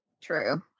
True